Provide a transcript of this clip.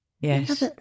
Yes